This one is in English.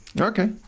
Okay